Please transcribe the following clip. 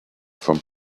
from